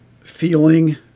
feeling